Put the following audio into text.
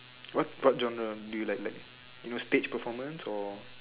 what part join a gonna be a stage performers or